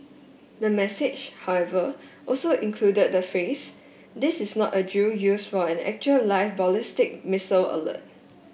the message however also included the phrase this is not a drill used for an actual live ballistic missile alert